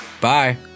Bye